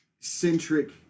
centric